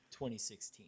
2016